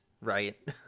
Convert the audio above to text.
right